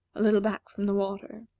a little back from the water.